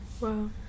Wow